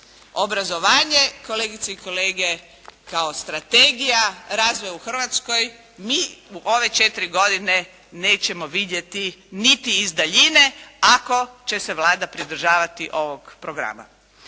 Obrazovanje, kolegice i kolege, kao strategija razvoja u Hrvatskoj, mi u ove četiri godine nećemo vidjeti niti iz daljine ako će se Vlada pridržavati ovog programa.